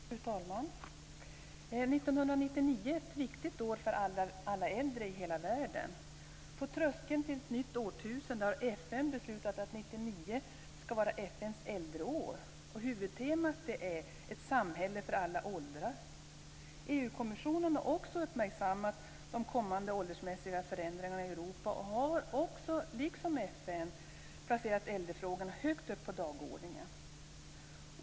Fru talman! 1999 är ett viktigt år för alla äldre i hela världen. På tröskeln till ett nytt årtusende har FN beslutat att 1999 ska vara FN:s äldreår. Huvudtemat är Ett samhälle för alla åldrar. EU-kommissionen har uppmärksammat de kommande åldersmässiga förändringarna i Europa och har också - liksom FN - placerat äldrefrågan högt upp på dagordningen.